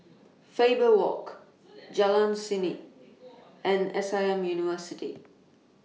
Faber Walk Jalan Seni and S I M University